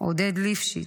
עודד ליפשיץ,